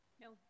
No